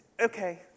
okay